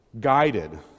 guided